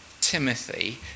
Timothy